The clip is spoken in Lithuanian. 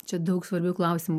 čia daug svarbių klausimų